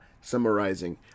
summarizing